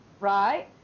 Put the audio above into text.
Right